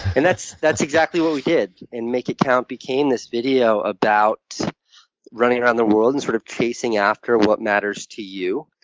and that's that's exactly what we did. and make it count became this video about running around the world and sort of chasing after what matters to you.